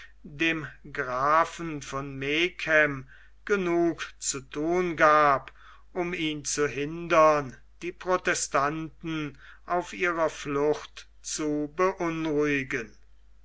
dem grafen von megen genug zu thun gab um ihn zu hindern die protestanten auf ihrer flucht zu beunruhigen